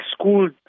school